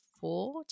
Four